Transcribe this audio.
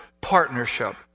partnership